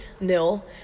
nil